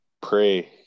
pray